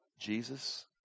Jesus